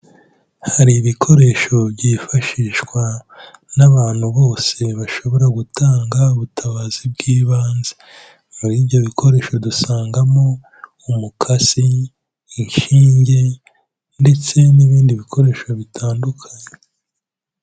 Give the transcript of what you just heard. Hari ibikoresho byifashishwa n'abantu bose bashobora gutanga ubutabazi bw'ibanze. Muri ibyo bikoresho dusangamo: umukasi, inshinge, ndetse n'ibindi bikoresho bitandukanye.